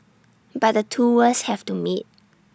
but the two worlds have to meet